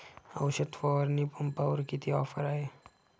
औषध फवारणी पंपावर किती ऑफर आहे?